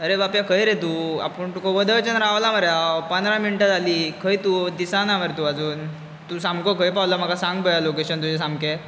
अरे बापया खंय रे तूं आपूण तुका वदळच्यान रावला मरे हांव पंदरा मिण्टां जालीं खंय तूं दिसाना मरे तूं आजून तूं सामको खंय पावला म्हाका सांग पया लोकेशन तुजें सामकें